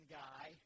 guy